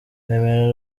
mme